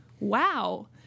Wow